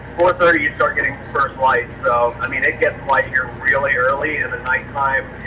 four thirty you start getting first light. so i mean it gets light here really early. and the nighttime